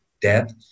death